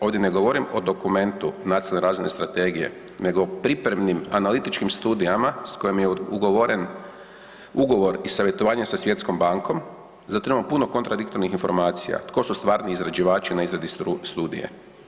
Ovdje ne govorim o dokumentu Nacionalne razvojne strategije nego pripremnim analitičkim studijama s kojim je ugovoren ugovor i savjetovanje sa Svjetskom bankom, zato jer ima puno kontradiktornih informacija tko su stvarni izrađivači na izradi studije.